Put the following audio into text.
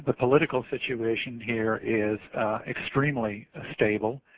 but political situation here is extremely ah stable.